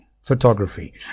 Photography